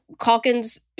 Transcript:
Calkins